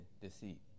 deceit